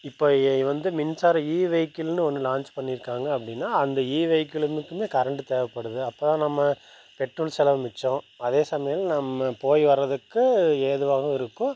இப்போ வந்து மின்சாரம் இ வெஹிகிள்ன்னு ஒன்று லான்ச் பண்ணி இருக்காங்க அப்படின்னா அந்த இ வெஹிகிளுக்குமே கரண்டு தேவைப்படுது அப்போ நம்ம பெட்ரோல் செலவு மிச்சம் அதே சமயம் நம்ம போய் வரதுக்கு ஏதுவாகவும் இருக்கும்